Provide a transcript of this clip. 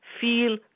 feel